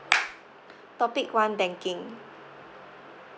topic one banking